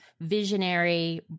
visionary